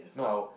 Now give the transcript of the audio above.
no I would